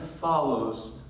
follows